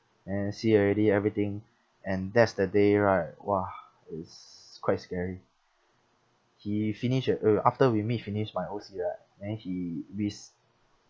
and then see already everything and that's the day right !wah! it's quite scary he finished at uh after we meet finish my O_C right then he risk